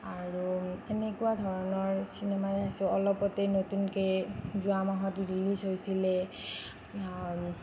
আৰু এনেকুৱা ধৰণৰ চিনেমা চাইছোঁ অলপতে নতুনকৈ যোৱা মাহত ৰিলিজ হৈছিলে